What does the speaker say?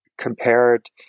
compared